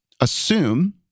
assume